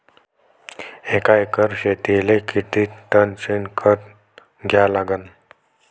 एका एकर शेतीले किती टन शेन खत द्या लागन?